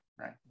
Right